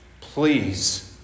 please